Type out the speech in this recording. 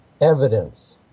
evidence